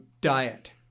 diet